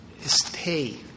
stay